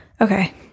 okay